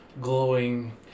glowing